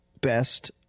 best